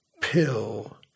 pill